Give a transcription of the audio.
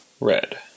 red